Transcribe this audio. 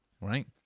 Right